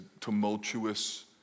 tumultuous